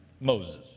Moses